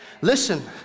Listen